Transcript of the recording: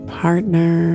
partner